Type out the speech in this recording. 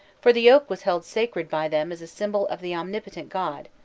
for the oak was held sacred by them as a symbol of the omnipotent god,